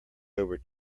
over